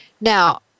Now